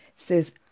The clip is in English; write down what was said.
says